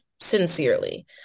sincerely